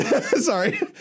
sorry